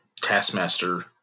Taskmaster